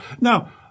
now